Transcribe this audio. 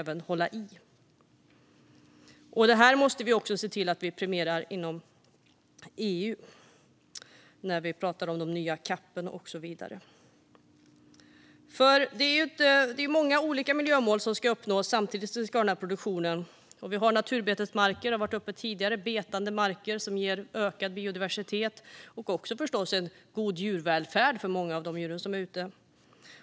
Vi måste också se till att vi premierar detta inom EU, när vi pratar om den nya CAP:en och så vidare. Det är många olika miljömål som ska uppnås samtidigt som vi ska ha den här produktionen. Vi har naturbetesmarker, vilket har varit uppe tidigare - betade marker, vilket ger ökad biodiversitet och förstås även en god djurvälfärd för många av de djur som är ute.